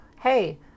hey